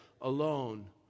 alone